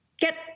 Get